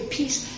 peace